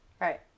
Right